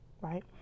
right